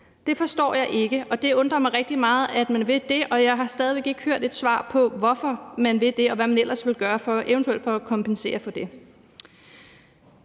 Det forstår jeg ikke, og det undrer mig rigtig meget, at man vil gøre det, og jeg har stadig væk ikke hørt et svar på, hvorfor man vil det, og hvad man ellers vil gøre for eventuelt at kompensere for det.